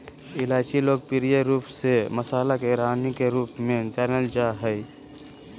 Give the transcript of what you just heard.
इलायची लोकप्रिय रूप से मसाला के रानी के रूप में जानल जा हइ